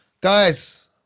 Guys